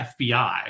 fbi